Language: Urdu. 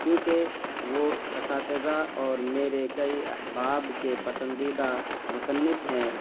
کیونکہ وہ اساتذہ اور میرے کئی احباب کے پسندیدہ مصنف ہیں